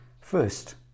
First